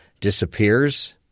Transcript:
disappears